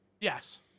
yes